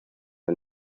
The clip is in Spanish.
del